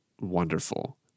wonderful